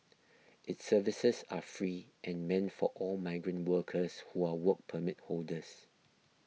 its services are free and meant for all migrant workers who are Work Permit holders